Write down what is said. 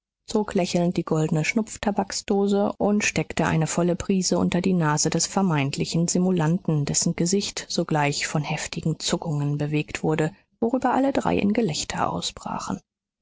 zog lächelnd die goldene schnupftabaksdose und steckte eine volle prise unter die nase des vermeintlichen simulanten dessen gesicht sogleich von heftigen zuckungen bewegt wurde worüber alle drei in gelächter ausbrachen